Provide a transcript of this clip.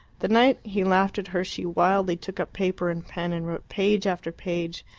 the night he laughed at her she wildly took up paper and pen and wrote page after page,